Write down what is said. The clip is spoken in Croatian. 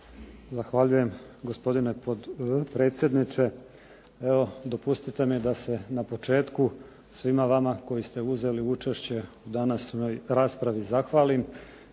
Zahvaljujem gospodine potpredsjedniče. Evo dopustite mi da se na početku svima vama koji ste uzeli učešće u današnjoj raspravi zahvalim.